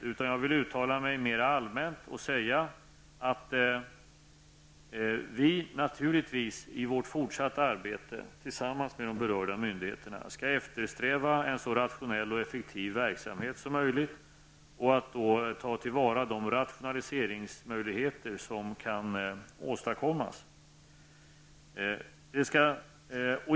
Jag vill uttala mig mer allmänt och säga att man naturligtvis i vårt fortsatta arbete tillsammans med de berörda myndigheterna skall eftersträva en så rationell och effektiv verksamhet som möjligt och ta vara på de rationaliseringsmöjligheter som kan finns.